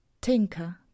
Tinker